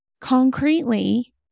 concretely